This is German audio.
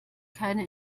keine